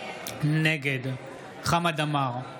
נגד חמד עמאר,